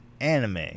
anime